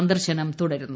സന്ദർശനം തുടരുന്നു